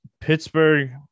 Pittsburgh